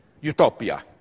utopia